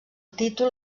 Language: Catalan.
títol